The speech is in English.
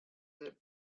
that